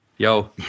Yo